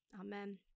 Amen